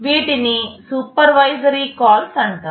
వీటిని supervisory calls అంటారు